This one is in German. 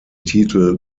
titel